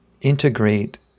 integrate